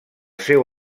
seu